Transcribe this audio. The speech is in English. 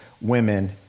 women